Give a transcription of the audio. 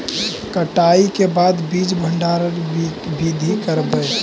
कटाई के बाद बीज भंडारन बीधी करबय?